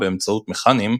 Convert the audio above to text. באמצעים מכניים,